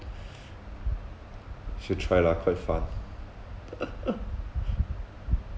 should try lah quite fun